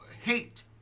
hate